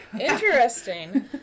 Interesting